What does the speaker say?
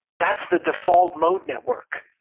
that's the default mode network